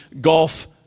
Golf